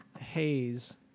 Haze